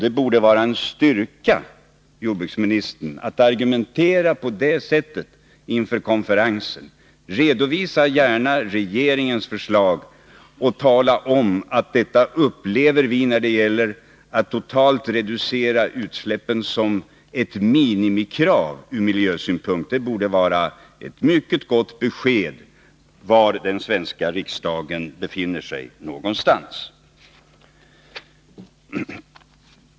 Det borde vara en styrka, herr jordbruksminister, att argumentera på det sättet inför konferensen. Redovisa gärna regeringens förslag och tala om att vi upplever det som ett minimikrav ur miljösynpunkt när det gäller att totalt reducera utsläppen. Det borde vara ett mycket gott besked om var den svenska riksdagen står i denna fråga.